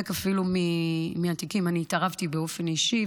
אפילו בחלק מהתיקים אני התערבתי באופן אישי,